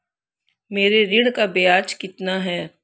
मेरे ऋण का ब्याज कितना है?